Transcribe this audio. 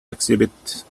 exhibit